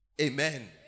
Amen